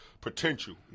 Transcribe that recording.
potential